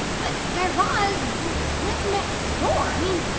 but, guy raz, you live next door. i mean,